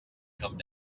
come